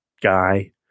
guy